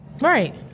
Right